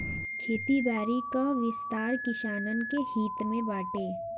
खेती बारी कअ विस्तार किसानन के हित में बाटे